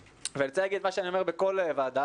ואני רוצה להגיד מה שאני אומר בכל ועדה,